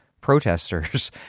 protesters